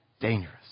dangerous